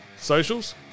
Socials